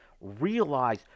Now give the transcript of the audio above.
realize